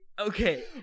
okay